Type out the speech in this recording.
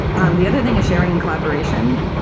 um the other thing is sharing in collaboration.